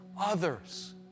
others